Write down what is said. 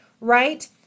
right